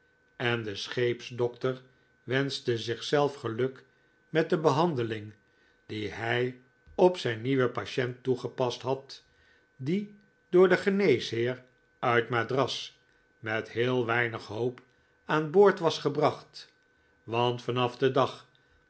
en de scheepsdokter wenschte zichzelf geluk met de behandeling die hij op zijn nieuwen patient toegepast had die door den geneesheer uit madras met heel weinig hoop aan boord was gebracht want vanaf den dag